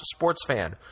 sportsfan